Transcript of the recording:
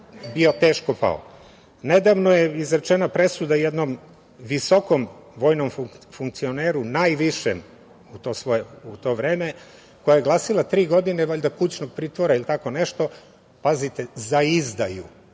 bio teško pao. Nedavno je izrečena presuda jednom visokom vojnom funkcioneru, najvišem u to vreme, koja je glasila – tri godine kućnog pritvora ili tako nešto. Pazite za izdaju,